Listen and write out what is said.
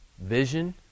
Vision